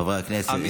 חברי הכנסת.